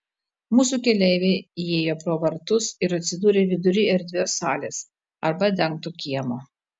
mūsų keleiviai įėjo pro vartus ir atsidūrė vidury erdvios salės arba dengto kiemo